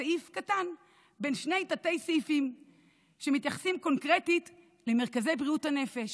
יש סעיף קטן בין שני תתי-סעיפים שמתייחסים קונקרטית למרכזי בריאות הנפש.